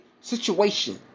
situation